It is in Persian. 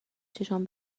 چشام